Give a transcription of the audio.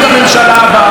יתבדו מהר מאוד.